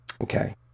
Okay